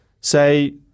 say